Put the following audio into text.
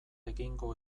egingo